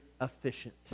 efficient